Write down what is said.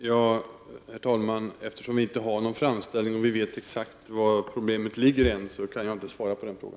Herr talman! Eftersom vi inte har någon framställning och inte vet exakt vari problemen ligger än kan jag inte svara på den frågan.